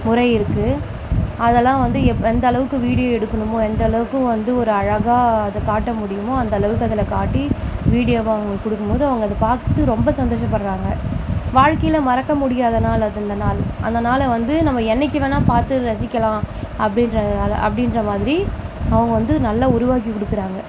முறை இருக்குது அதெல்லாம் வந்து எந்த அளவுக்கு வீடியோ எடுக்கணுமோ எந்த அளவுக்கு வந்து ஒரு அழகாக அதை காட்ட முடியுமோ அந்த அளவுக்கு அதில் காட்டி வீடியோவா அவங்களுக்கு கொடுக்கும்போது அவங்க அதை பார்த்து ரொம்ப சந்தோசபடுகிறாங்க வாழ்க்கையில் மறக்க முயாத நாள் அது அந்த நாள் அந்த நாளை வந்து நம்ம என்னைக்கு வேணுணா பார்த்து ரசிக்கலாம் அப்படின்ற அப்படின்ற மாதிரி அவங்க வந்து நல்ல உருவாக்கி கொடுக்குறாங்க